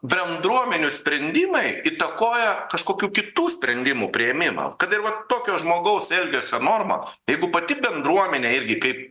bendruomenių sprendimai įtakoja kažkokių kitų sprendimų priėmimą kad ir vat tokio žmogaus elgesio norma jeigu pati bendruomenė irgi kaip